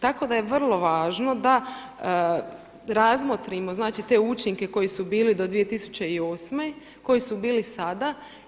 Tako da je vrlo važno da razmotrimo znači te učinke koji su bili do 2008. koji su bili sada.